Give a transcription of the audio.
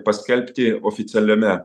paskelbti oficialiame